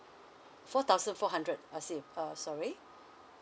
four thousand four hundred I see uh sorry